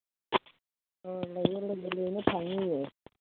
ꯑꯣ ꯂꯩꯌꯦ ꯂꯩꯌꯦ ꯂꯣꯏꯅ ꯐꯪꯅꯤꯌꯦ